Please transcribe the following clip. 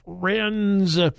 friends